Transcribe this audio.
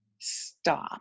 stop